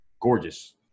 gorgeous